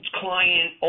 client